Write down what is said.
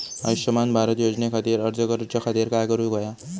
आयुष्यमान भारत योजने खातिर अर्ज करूच्या खातिर काय करुक होया?